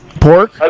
pork